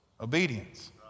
Obedience